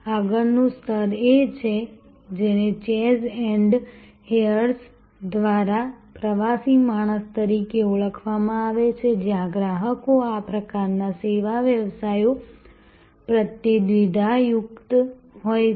આગળનું સ્તર એ છે જેને ચેઝ એન્ડ હેયસ દ્વારા પ્રવાસી માણસ તરીકે ઓળખવામાં આવે છે જ્યાં ગ્રાહકો આ પ્રકારના સેવા વ્યવસાયો પ્રત્યે દ્વિધાયુક્ત હોય છે